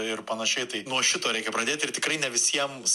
ir panašiai tai nuo šito reikia pradėti ir tikrai ne visiems